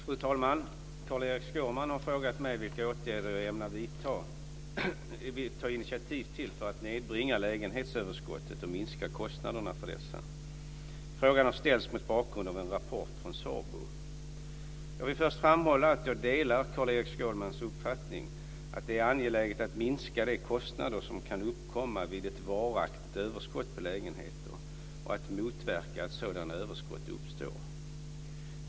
Fru talman! Carl-Erik Skårman har frågat mig vilka åtgärder jag ämnar ta initiativ till för att nedbringa lägenhetsöverskottet och minska kostnaderna för dessa. Frågan har ställts mot bakgrund av en rapport från SABO. Jag vill först framhålla att jag delar Carl-Erik Skårmans uppfattning att det är angeläget att minska de kostnader som kan uppkomma vid ett varaktigt överskott på lägenheter och att motverka att sådana överskott uppstår.